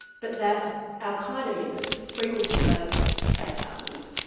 but that al-qa'eda members frequented those safe houses.